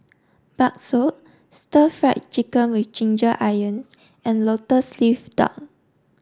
Bakso Stir Fried Chicken with Ginger Onions and Lotus Leaf Duck